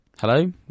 hello